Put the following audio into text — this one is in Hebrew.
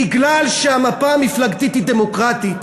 בגלל שהמפה המפלגתית היא דמוקרטית,